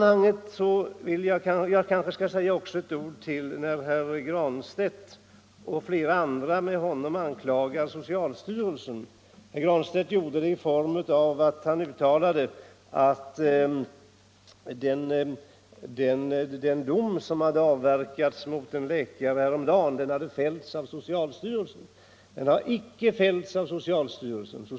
Herr Granstedt och flera med honom anklagar socialstyrelsen, och herr Granstedt gör det genom att uttala att den dom som avkunnades mot en läkare häromdagen hade fällts av socialstyrelsen. Den har icke fällts av socialstyrelsen.